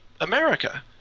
America